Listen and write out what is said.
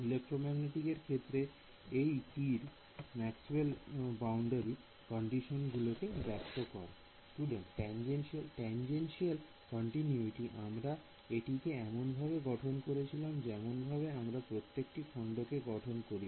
electromagnetic এর ক্ষেত্রে ম্যাক্সওয়েলের বাউন্ডারি কন্ডিশন গুলিকে ব্যক্ত করে Student টেনজেনশিয়াল টেনজেনশিয়াল কন্টিনিউটি আমরা এটিকে এমনভাবে গঠন করছিলাম যেমনভাবে আমরা প্রত্যেকটি খণ্ডকে গঠন করি